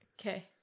Okay